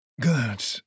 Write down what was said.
Good